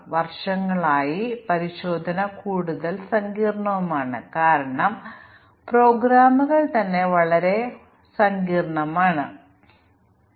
unit പരിശോധനയിലെ ഏത് പ്രശ്നങ്ങളും ഫലപ്രദമായി ഡീബഗ് ചെയ്യാൻ ഇവ ഞങ്ങളെ സഹായിക്കുമെന്ന് ഞങ്ങൾ പറഞ്ഞിരുന്നു